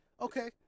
Okay